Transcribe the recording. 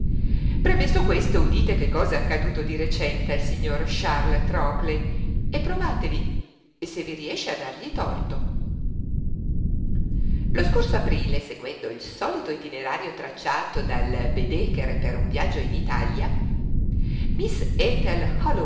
premesso questo udite che cosa è accaduto di recente al signor charles trockley e provatevi se vi riesce a dargli torto lo scorso aprile seguendo il solito itinerario tracciato dal baedeker per un viaggio in italia miss